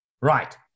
right